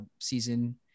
season